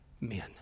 men